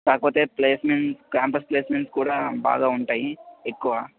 కాకపోతే placement campus placement కూడా బాగా ఉంటాయి ఎక్కువ